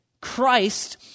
Christ